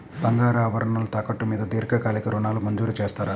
బంగారు ఆభరణాలు తాకట్టు మీద దీర్ఘకాలిక ఋణాలు మంజూరు చేస్తారా?